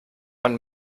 man